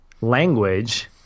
language –